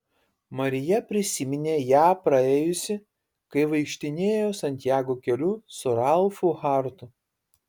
marija prisiminė ją praėjusi kai vaikštinėjo santjago keliu su ralfu hartu